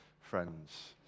friends